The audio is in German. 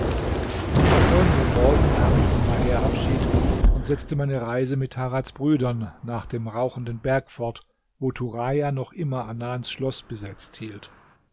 am folgenden morgen nahm ich von maher abschied und setzte meine reise mit tarads brüdern nach dem rauchenden berg fort wo turaja noch immer anans schloß besetzt hielt